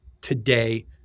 today